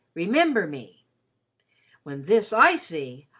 remember me when this i see,